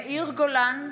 (קוראת בשמות חברי הכנסת) יאיר גולן,